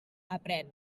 aprèn